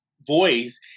voice